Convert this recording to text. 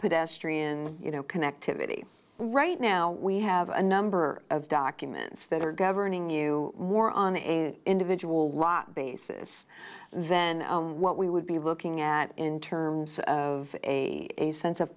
pedestrian you know connectivity right now we have a number of documents that are governing you more on a individual lot basis than what we would be looking at in terms of a a sense of